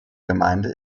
gemeinde